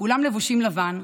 כולם לבושים לבן,